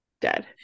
dead